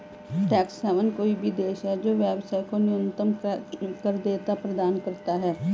tax haven कोई भी देश है जो व्यवसाय को न्यूनतम कर देयता प्रदान करता है